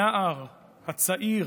הנער הצעיר,